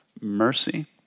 mercy